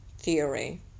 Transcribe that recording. Theory